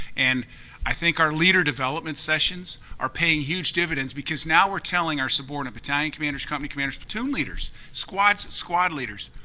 and i think our leader development sessions are paying huge dividends because now we're telling our suborn of battalion commanders, company commanders, platoon leaders, squad squad leaders,